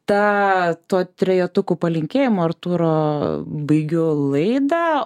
tą to trejetukų palinkėjimo artūro baigiu laidą